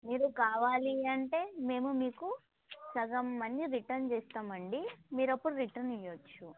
మీరు కావాలి అంటే మేము మీకు సగం మనీ రిటర్న్ చేస్తామండి మీరు అప్పుడు రిటర్న్ ఇయ్యవచ్చు